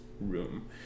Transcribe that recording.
room